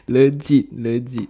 legit legit